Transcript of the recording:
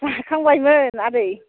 जाखांबाय आदै